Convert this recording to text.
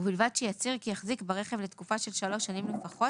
ובלבד שיצהיר כי יחזיק ברכב לתקופה של שלוש שנים לפחות